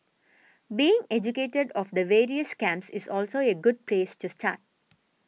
being educated of the various scams is also a good place to start